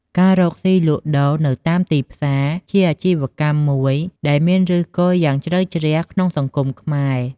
ការរកស៊ីលក់ដូរនៅតាមទីផ្សារជាអាជីវកម្មមួយដែលមានឫសគល់យ៉ាងជ្រៅជ្រះក្នុងសង្គមខ្មែរ។